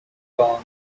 turned